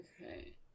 Okay